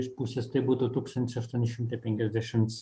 iš pusės tai būtų tūkstantis aštuoni šimtai penkiasdešims